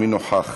ומי נוכח?